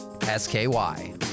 S-K-Y